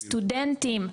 סטודנטים,